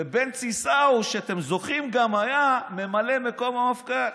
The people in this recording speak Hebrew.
ובנצי סאו, שאתם זוכרים, היה ממלא מקום המפכ"ל.